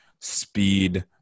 speed